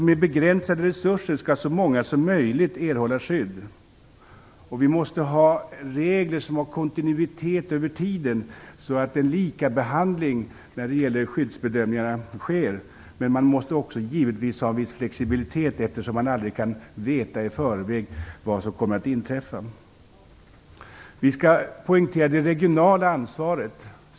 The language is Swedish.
Med begränsade resurser skall så många som möjligt erhålla skydd. Vi måste ha regler som innebär tidsmässig kontinuitet, så att en likabehandling när det gäller skyddsbedömningarna sker. Men man måste också givetvis ha viss flexibilitet, eftersom man aldrig i förväg kan veta vad som kommer att inträffa. Vi skall poängtera det regionala ansvaret.